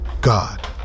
God